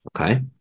okay